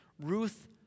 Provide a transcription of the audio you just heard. Ruth